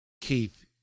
Keith